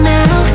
now